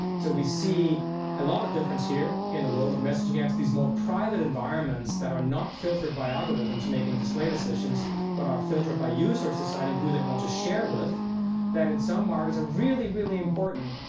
so we see a lot of difference here in the role of messaging apps. these more private environments that are not filtered by algorithms making display decisions but are filtered by users deciding who they want to share with that in some markets are really, really important.